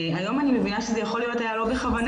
היום אני מבינה שיכול להיות שזה היה לא בכוונה,